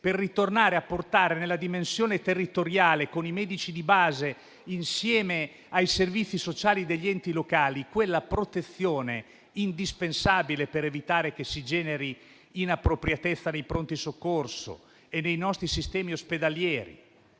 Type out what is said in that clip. per tornare a portare nella dimensione territoriale, con i medici di base insieme ai servizi sociali degli enti locali, la protezione indispensabile per evitare che si generi inappropriatezza nei pronto soccorso e nei nostri sistemi ospedalieri.